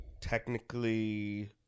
technically